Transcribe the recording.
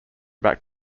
back